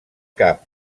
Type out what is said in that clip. cap